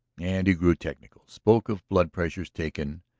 and he grew technical, spoke of blood pressures taken,